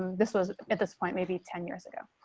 this was at this point, maybe ten years ago.